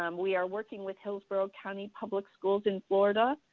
um we are working with hillsborough county public schools in florida,